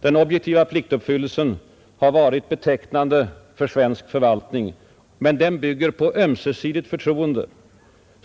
Den objektiva pliktuppfyllelsen har varit betecknande för svensk förvaltning, men den bygger på ömsesidigt förtroende.